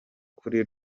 kuri